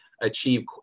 achieve